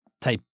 type